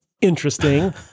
interesting